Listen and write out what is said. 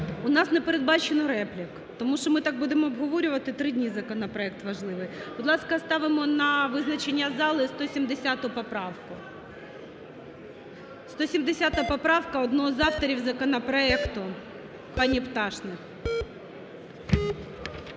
У нас не передбачено реплік, тому що ми так будемо обговорювати три дні законопроект важливий. Будь ласка, ставимо на визначення залу 170 поправку. 170 поправка одного з авторів законопроекту, пані Пташник.